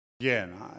Again